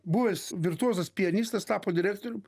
buvęs virtuozas pianistas tapo direktorium